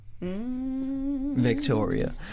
Victoria